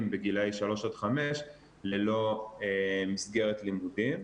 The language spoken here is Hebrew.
בגילאי 3 עד 5 ללא מסגרת לימודים,